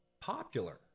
popular